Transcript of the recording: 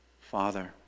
Father